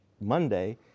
Monday